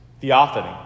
theophany